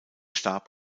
starb